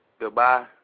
Goodbye